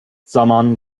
zaman